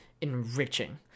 enriching